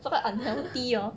super unhealthy or